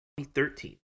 2013